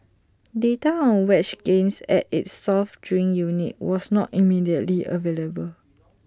data on wage gains at its soft drink unit was not immediately available